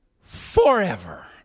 Forever